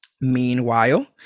Meanwhile